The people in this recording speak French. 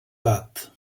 hâte